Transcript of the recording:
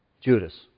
Judas